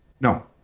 No